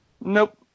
Nope